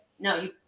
No